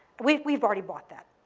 we've we've already bought that.